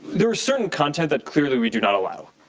there are certain content that clearly we do not allow.